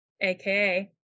aka